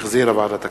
שהחזירה ועדת הכספים,